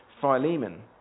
Philemon